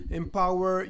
empower